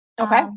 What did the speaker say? Okay